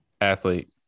athlete